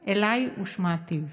אלַי ושמעתיו".